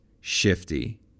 shifty